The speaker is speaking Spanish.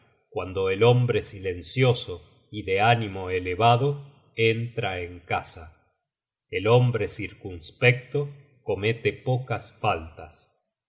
cuando el hombre silencioso y de ánimo elevado entra en casa el hombre circunspecto comete pocas faltas